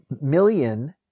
million